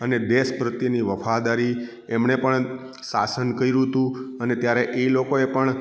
અને દેશ પ્રત્યેની વફાદારી એમણે પણ શાસન કર્યું હતું અને ત્યારે એ લોકોએ પણ